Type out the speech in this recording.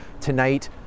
tonight